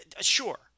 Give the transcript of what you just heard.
sure